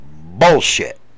bullshit